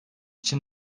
için